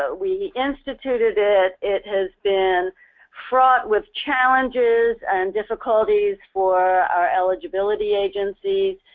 ah we instituted it it has been fraught with challenges and difficulties for our eligibility agencies.